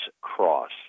Cross